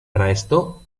presto